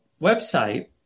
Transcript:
website